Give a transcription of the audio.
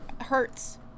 hurts